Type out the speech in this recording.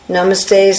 Namaste